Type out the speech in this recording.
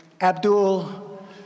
Abdul